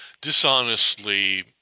dishonestly